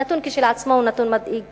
הנתון כשלעצמו הוא נתון מדאיג